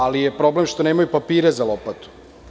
Ali, problem je što nemaju papire za lopatu.